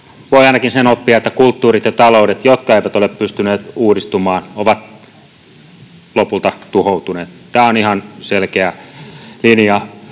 voi ainakin sen oppia, että kulttuurit ja taloudet, jotka eivät ole pystyneet uudistumaan, ovat lopulta tuhoutuneet. Tämä on ihan selkeä linja,